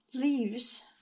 leaves